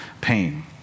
pain